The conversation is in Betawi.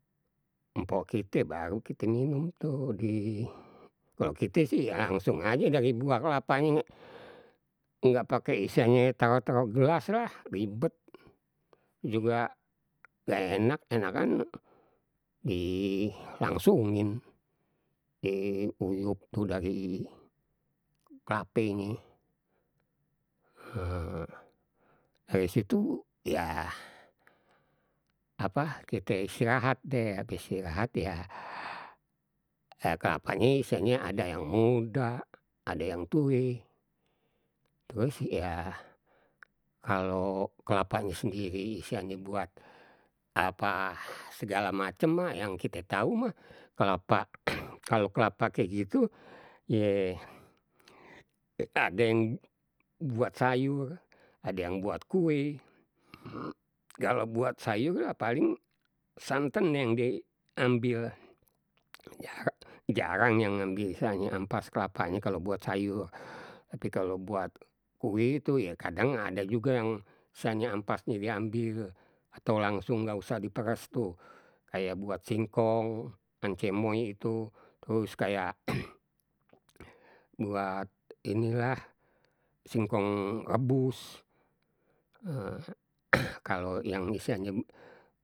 Mpok kite baru kite minum tuh, di kalau kite sih langsung aje dari buah kelapanye nggak pakai istilahnye taruh- taruh gelas lah, ribet, juga nggak enak enakan dilangsungin, diuyuk tuh dari kelapenye dari situ yah, apa kita istirahat, deh habis istirahat ya kelapanye istilahnye ada yang muda, ada yang tue terus ya, kalau kelapanye sendiri istilahnye buat apa ah segala macem mah yang kita tahu mah, kelapa kalau kelapa kayak gitu ye, ade yang buat sayur, ade yang buat kue kalau buat sayur, paling santan, ye yang diambil jarang yang ambil istilahnye ampas kelapanye kalau buat sayur, tapi kalau buat kue tu ye kadang ada juga yang sanya ampasnya diambil atau langsung nggak usah diperes tuh, kayak buat singkong, ancemoy itu, terus kayak buat inilah, singkong rebus kalau yang istilahnye.